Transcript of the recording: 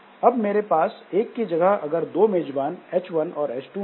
अब मेरे पास एक की जगह दो मेजबान H1और H2 हैं